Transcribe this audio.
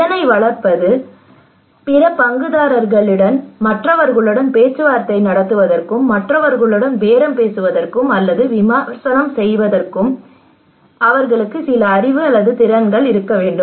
திறனை வளர்ப்பது பிற பங்குதாரர்களுடன் மற்றவர்களுடன் பேச்சுவார்த்தை நடத்துவதற்கும் மற்றவர்களுடன் பேரம் பேசுவதற்கும் அல்லது விமர்சன விவாதங்களில் ஈடுபடுவதற்கும் அவர்களுக்கு சில அறிவு அல்லது திறன்கள் இருக்க வேண்டும்